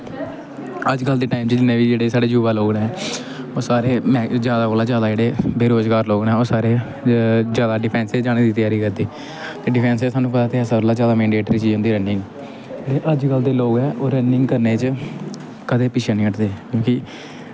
अज्ज कल दे टाइम च जिन्ने बी जेह्ड़े साढ़े युवा लोग न ओह् सारे जादा कोला जादा जेह्ड़े बेरोज़गार लोग न ओह् सारे जादा डिफैंस च जाने दी त्यारी करदे ते डिफैंस च सानूं पता दे ऐ सारें कोला मैंडेट्री चीज़ होंदी रनिंग अज्ज कल दे लोग ऐ ओह् रनिंग करने च कदें पिच्छें निं हटदे क्योंकि